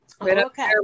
Okay